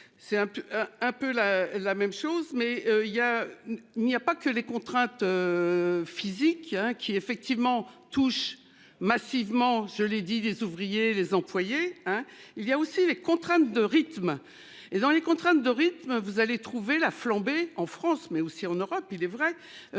peu un peu la, la même chose mais il y a, il n'y a pas que les contraintes. Physiques hein qui effectivement touche massivement. Je l'ai dit les ouvriers, les employés hein il y a aussi les contraintes de rythme et dans les contraintes de rythme. Vous allez trouver la flambée en France mais aussi en Europe. Il est vrai